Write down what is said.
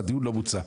הדיון לא מוצה.